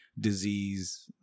disease